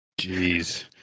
Jeez